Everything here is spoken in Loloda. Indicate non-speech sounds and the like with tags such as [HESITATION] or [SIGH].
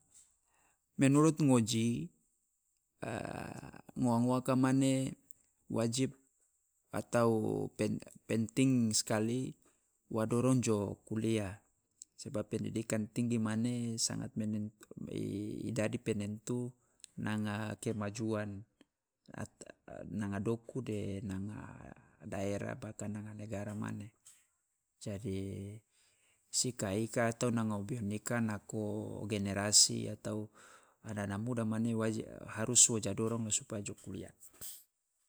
Menurut ngoji [HESITATION] ngowa ngowaka mane wajib atau pe- penting skali wa dorong jo kuliah. Sebab pendidikan tinggi mane i sangat menentu i dadi penentu nanga kemajuan ata- nanga doku de nanga daerah bahkan nanga negara mane. Jadi si ika- ika atau nanga bionika nako generasi atau ana- ana muda mane waji harus wa jo dorong supaya ja kuliah.